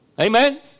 Amen